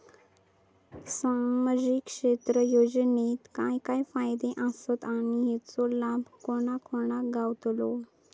सामजिक क्षेत्र योजनेत काय काय फायदे आसत आणि हेचो लाभ कोणा कोणाक गावतलो?